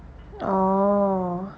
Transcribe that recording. oh